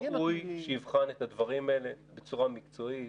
ראוי שיבחן את הדברים האלה בצורה מקצועית,